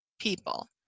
people